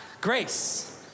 grace